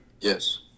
yes